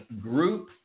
group